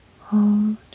Hold